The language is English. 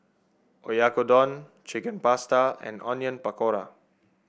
Oyakodon Chicken Pasta and Onion Pakora